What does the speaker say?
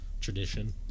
Tradition